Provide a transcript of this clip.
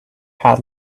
had